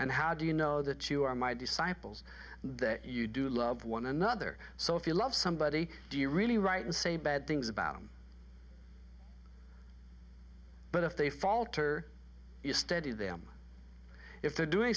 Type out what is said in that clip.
and how do you know that you are my disciples that you do love one another so if you love somebody do you really write and say bad things about him but if they falter you study them if they're doing